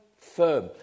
Firm